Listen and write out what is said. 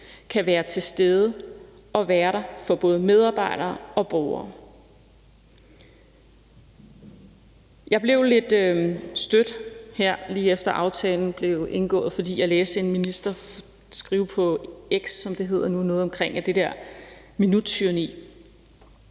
kan være til stede og være der for både medarbejdere og borgere. Jeg blev lidt stødt her, lige efter aftalen blev indgået, fordi jeg læste noget, en minister skrev på X, som det hedder nu, omkring minuttyranni